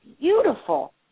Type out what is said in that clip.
beautiful